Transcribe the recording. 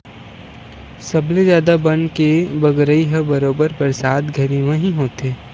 सबले जादा बन के बगरई ह बरोबर बरसात घरी म ही होथे